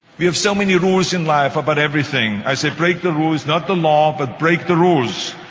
we have so many rules in life about everything. i say break the rules not the law, but break the rules.